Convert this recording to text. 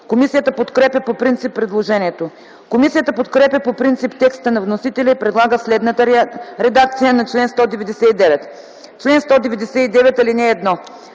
Комисията подкрепя по принцип предложението. Комисията подкрепя по принцип текста на вносителя и предлага следната редакция на чл. 199: „Чл. 199. (1) Който